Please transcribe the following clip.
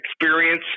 experience